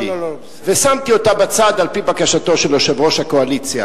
ושמתי אותה בצד על-פי בקשתו של יושב-ראש הקואליציה,